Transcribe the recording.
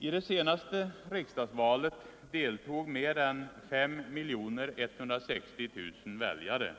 I det senaste riksdagsvalet deltog mer än 5 160 000 väljare.